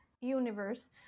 universe